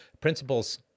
principles